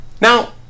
Now